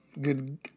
good